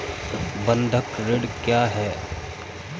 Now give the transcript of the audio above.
बंधक ऋण क्या है?